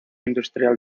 industrial